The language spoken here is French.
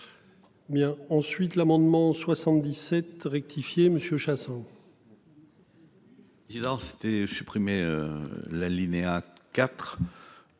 Bien ensuite l'amendement 77 rectifié Monsieur Chassaing.